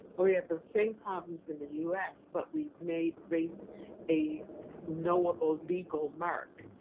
we have the same problems in the us, but we've made race a knowable legal mark,